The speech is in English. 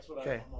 Okay